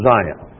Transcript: Zion